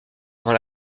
avant